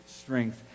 strength